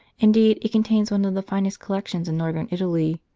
indeed, it contains one of the finest collections in northern italy,